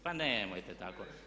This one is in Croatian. Pa nemojte tako.